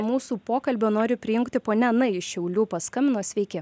mūsų pokalbio nori prijungti ponia ona iš šiaulių paskambino sveiki